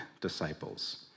disciples